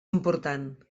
important